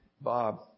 Bob